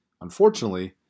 Unfortunately